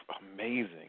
amazing